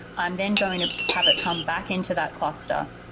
i'm then going to have it come back into that cluster.